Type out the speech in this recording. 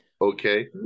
Okay